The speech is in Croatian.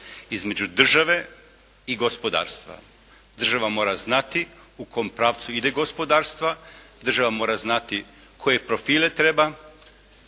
između države i gospodarstva. Država mora znati u kom pravcu ide gospodarstva, država mora znati koje profile treba,